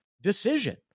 decision